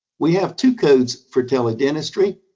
we have two codes for tele-dentistry.